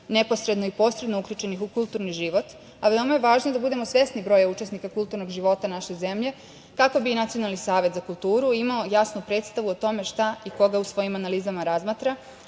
neposredno i posredno uključenih u kulturni život, a veoma je važno da budemo svesni broja učesnika kulturnog života naše zemlje kako bi i Nacionalni savet za kulturu imao jasnu predstavu o tome šta i koga u svojim analizama razmatra,